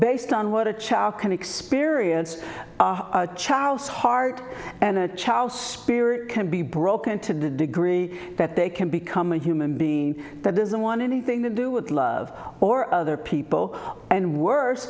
based on what a child can experience a child's heart and a child's spirit can be broken to degree that they can become a human being that doesn't want anything to do with love or other people and worse